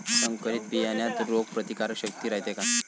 संकरित बियान्यात रोग प्रतिकारशक्ती रायते का?